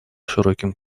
широким